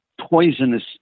poisonous